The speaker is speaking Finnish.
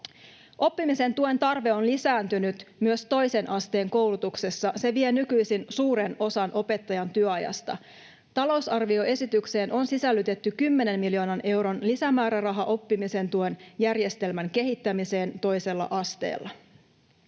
Oppimisen tuen tarve on lisääntynyt myös toisen asteen koulutuksessa. Se vie nykyisin suuren osan opettajan työajasta. Talousarvioesitykseen on sisällytetty kymmenen miljoonan euron lisämääräraha oppimisen tuen järjestelmän kehittämiseen toisella asteella.